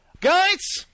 guys